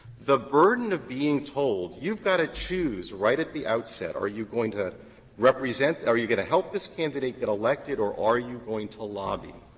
the burden of being told, you've got to choose right at the outset, are you going to represent are you going to help this candidate get elected or are you going to lobby?